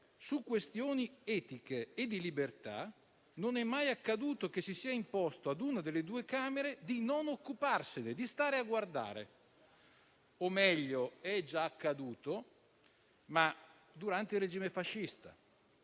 Su questioni etiche e di libertà non è mai accaduto che si sia imposto a una delle due Camere di non occuparsene e di stare a guardare (o - meglio - è già accaduto, ma durante il regime fascista).